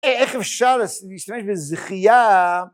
איך אפשר להשתמש בזכייה?